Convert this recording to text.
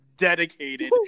dedicated